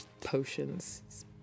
potions